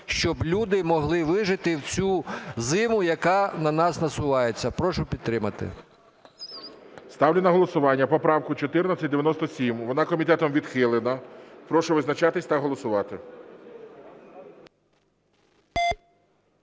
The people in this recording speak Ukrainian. щоб люди могли вижити в цю зиму, яка на нас насувається. Прошу підтримати. ГОЛОВУЮЧИЙ. Ставлю на голосування поправку 1497. Вона комітетом відхилена. Прошу визначатись та голосувати.